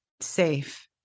Safe